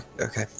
Okay